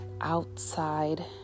outside